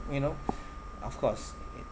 you know of course